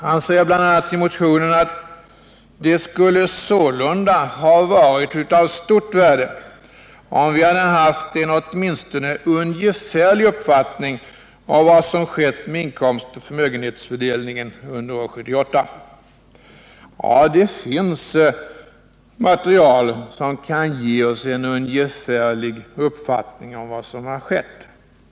Han säger i motionen bl.a.: ”Det skulle sålunda ha varit av stort värde om vi nu hade haft en åtminstone ungefärlig uppfattning av vad som skett med inkomstoch förmögenhetsfördelningen under år 1978.” Ja, det finns material som kan ge oss en ungefärlig uppfattning av vad som skett.